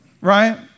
right